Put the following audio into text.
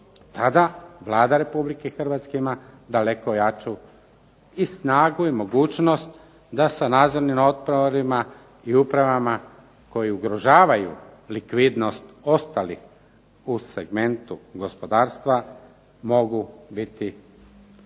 Tada Vlada Republike Hrvatske ima daleko jaču i snagu i mogućnost da se nadzornim odborima i upravama koji ugrožavaju likvidnost ostalih u segmentu gospodarstva mogu biti efikasni.